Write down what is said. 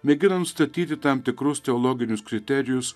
mėgina nustatyti tam tikrus teologinius kriterijus